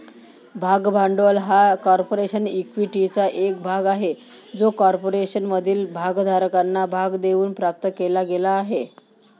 भाग भांडवल हा कॉर्पोरेशन इक्विटीचा एक भाग आहे जो कॉर्पोरेशनमधील भागधारकांना भाग देऊन प्राप्त केला गेला आहे